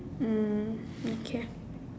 mm okay